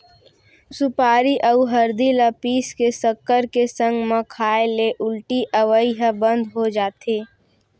सुपारी अउ हरदी ल पीस के सक्कर के संग म खाए ले उल्टी अवई ह बंद हो जाथे